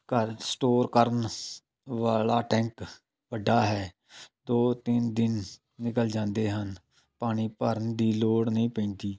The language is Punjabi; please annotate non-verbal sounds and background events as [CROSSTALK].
ਘਰ ਸਟੋਰ ਕਰਨ [UNINTELLIGIBLE] ਵਾਲਾ ਟੈਂਕ ਵੱਡਾ ਹੈ ਦੋ ਤਿੰਨ ਦਿਨ ਨਿਕਲ ਜਾਂਦੇ ਹਨ ਪਾਣੀ ਭਰਨ ਦੀ ਲੋੜ ਨਹੀਂ ਪੈਂਦੀ